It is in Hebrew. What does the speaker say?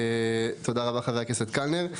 תודה רבה חבר הכנסת קלנר.